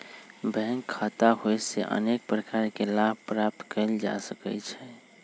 bank खता होयेसे अनेक प्रकार के लाभ प्राप्त कएल जा सकइ छै